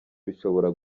bishobora